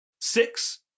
Six